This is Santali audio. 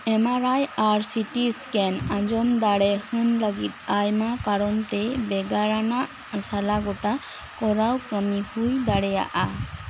ᱮᱢ ᱟᱨ ᱟᱭ ᱟᱨ ᱥᱤᱴᱤ ᱮᱥᱠᱮᱱ ᱟᱡᱚᱢ ᱫᱟᱲᱮ ᱦᱩᱱᱞᱟᱹᱜᱤᱫ ᱟᱭᱢᱟ ᱠᱟᱨᱚᱱᱛᱮ ᱵᱮᱜᱟᱨᱟᱱᱟᱜ ᱥᱟᱞᱟᱜᱚᱴᱟ ᱠᱚᱨᱟᱣ ᱯᱚᱱᱤᱯᱩᱭ ᱫᱟᱲᱮᱭᱟᱜᱼᱟ